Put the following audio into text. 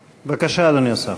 בבקשה, אדוני השר.